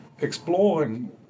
exploring